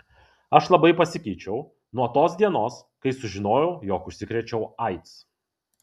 aš labai pasikeičiau nuo tos dienos kai sužinojau jog užsikrėčiau aids